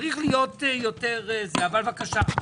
צריך להיות יותר - אבל בבקשה.